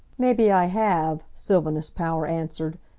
maybe i have, sylvanus power answered,